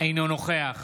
אינו נוכח